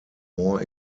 more